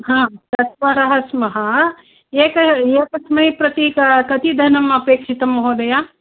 ह चत्वारः स्मः एक एकस्मै प्रति क कति धनम् अपेक्षितं महोदय